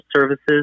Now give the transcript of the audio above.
services